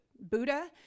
buddha